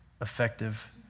effective